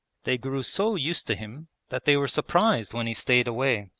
they grew so used to him that they were surprised when he stayed away.